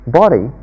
body